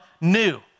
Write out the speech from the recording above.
new